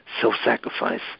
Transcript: self-sacrifice